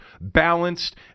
balanced